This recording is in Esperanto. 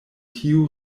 tiu